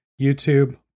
YouTube